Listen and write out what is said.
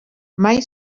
mai